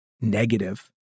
negative